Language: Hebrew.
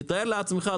תאר לעצמך,